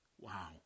Wow